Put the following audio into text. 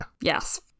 Yes